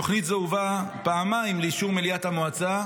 תוכנית זו הובאה פעמיים לאישור מליאת המועצה,